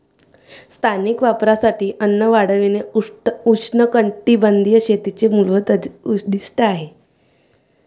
स्थानिक वापरासाठी अन्न वाढविणे उष्णकटिबंधीय शेतीचे मूलभूत उद्दीष्ट आहे